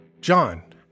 John